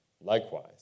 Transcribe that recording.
Likewise